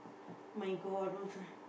my god